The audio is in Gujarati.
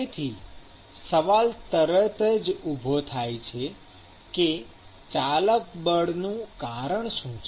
તેથી સવાલ તરત જ ઉભો થાય છે કે ચાલક બળનું કારણ શું છે